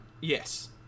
Yes